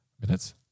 minutes